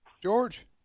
George